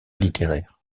littéraire